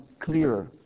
clearer